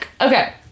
Okay